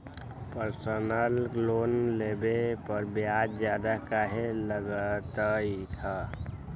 Personal loan लेबे पर ब्याज ज्यादा काहे लागईत है?